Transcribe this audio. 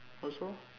also